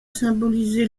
symboliser